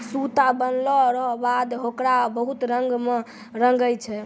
सूता बनलो रो बाद होकरा बहुत रंग मे रंगै छै